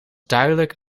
duidelijk